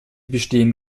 bestehen